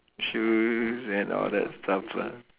shoes and all that stuff lah